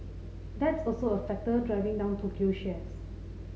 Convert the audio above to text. that's also a factor driving down Tokyo shares